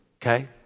Okay